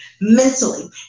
mentally